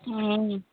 हम